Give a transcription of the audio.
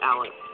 Alex